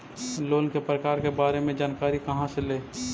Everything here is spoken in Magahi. लोन के प्रकार के बारे मे जानकारी कहा से ले?